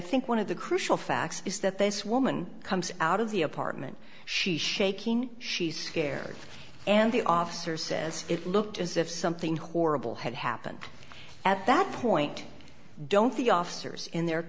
think one of the crucial facts is that this woman comes out of the apartment she's shaking she's scared and the officer says it looked as if something horrible had happened at that point don't the officers in their